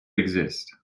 exist